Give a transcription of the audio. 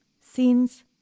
Scenes